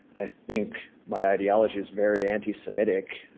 i think my ideology is very anti-semitic.